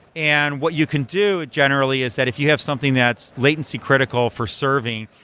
and what you can do, generally, is that if you have something that's latency critical for serving,